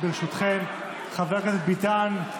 ברשותכם, חבר הכנסת ביטן,